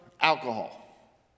alcohol